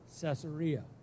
Caesarea